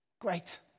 Great